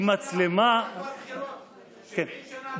כי מצלמה לא יודעת, 70 שנה לא היה טוהר בחירות?